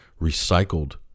recycled